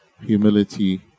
humility